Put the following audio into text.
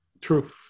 True